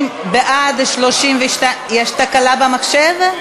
בעד, 32. יש תקלה במחשב?